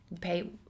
pay